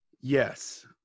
Yes